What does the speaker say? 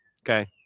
okay